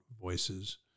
voices